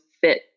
fit